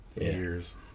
years